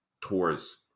tours